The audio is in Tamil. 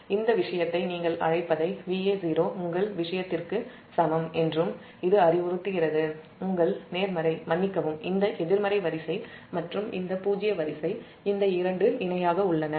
இந்த விஷயத்தை நீங்கள் அழைப்பதை Va0 சமம் என்றும் இது அறிவுறுத்துகிறது உங்கள் நேர்மறை இந்த எதிர்மறை வரிசை மற்றும் இந்த பூஜ்ஜிய வரிசை இந்த இரண்டும் இணையாக உள்ளன